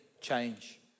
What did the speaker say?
change